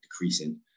decreasing